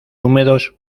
húmedos